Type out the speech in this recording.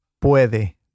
puede